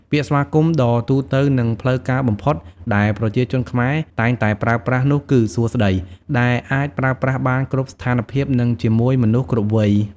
ពាក្យស្វាគមន៍ដ៏ទូទៅនិងផ្លូវការបំផុតដែលប្រជាជនខ្មែរតែងតែប្រើប្រាស់នោះគឺ “សួស្ដី” ដែលអាចប្រើប្រាស់បានគ្រប់ស្ថានភាពនិងជាមួយមនុស្សគ្រប់វ័យ។